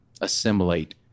assimilate